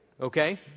Okay